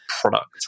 product